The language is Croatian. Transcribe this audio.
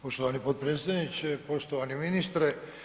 Poštovani potpredsjedniče, poštovani ministre.